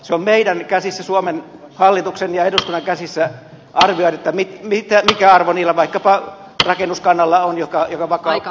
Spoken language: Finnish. se on meidän käsissämme suomen hallituksen ja eduskunnan käsissä arvioida mikä arvo vaikkapa sillä rakennuskannalla on mikä vakuudeksi annetaan